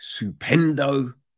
Supendo